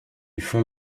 fond